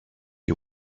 you